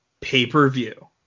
Pay-per-view